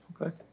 Okay